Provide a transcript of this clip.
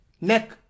neck